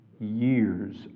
years